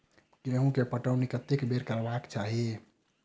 गेंहूँ केँ पटौनी कत्ते बेर करबाक चाहि?